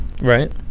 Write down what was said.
Right